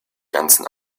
ganzen